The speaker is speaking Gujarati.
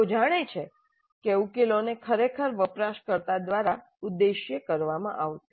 તેઓ જાણે છે કે ઉકેલોને ખરેખર વપરાશકર્તાઓ દ્વારા ઉદ્દેશ્ય કરવામાં આવશે